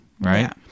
right